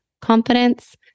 confidence